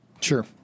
Sure